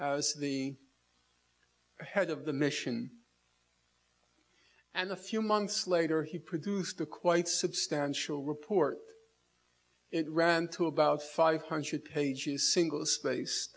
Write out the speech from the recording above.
as the head of the mission and a few months later he produced a quite substantial report it ran to about five hundred pages single space